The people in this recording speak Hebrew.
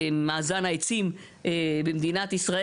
כמה זמן לוקח להכין את הגדרת ההנחיות לעריכת התסקיר.